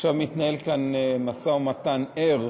עכשיו מתנהל כאן משא ומתן ער.